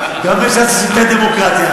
גם בש"ס יש יותר דמוקרטיה.